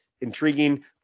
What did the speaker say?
intriguing